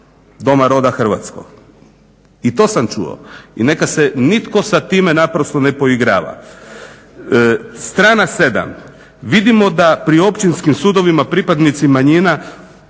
doma roda hrvatskog. I to sam čuo, i neka se nitko sa time naprosto ne poigrava. Strana 7.vidimo da pri Općinskim sudovima pripadnici manjina